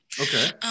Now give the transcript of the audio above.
okay